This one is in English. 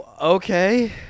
okay